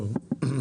טוב.